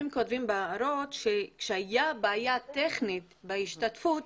כותבים בהערות שכאשר הייתה בעיה טכנית בהשתתפות,